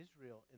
Israel